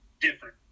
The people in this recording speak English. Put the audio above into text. different